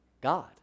God